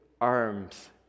arms